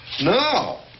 no